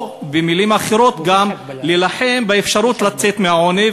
או, במילים אחרות, גם להילחם באפשרות לצאת מהעוני.